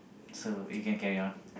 so you can carry on